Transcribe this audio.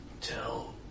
Tell